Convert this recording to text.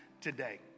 today